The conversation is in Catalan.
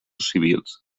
civils